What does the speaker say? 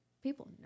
people